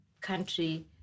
country